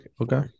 Okay